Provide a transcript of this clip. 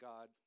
God